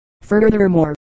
Furthermore